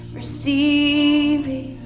receiving